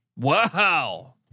Wow